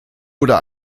oder